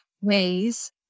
ways